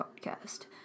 podcast